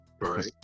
right